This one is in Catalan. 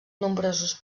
nombrosos